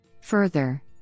Further